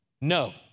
No